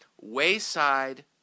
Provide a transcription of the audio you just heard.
Wayside